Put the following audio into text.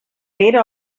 era